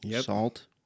salt